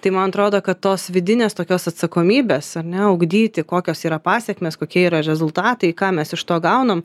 tai man atrodo kad tos vidinės tokios atsakomybės ar ne ugdyti kokios yra pasekmės kokie yra rezultatai ką mes iš to gaunam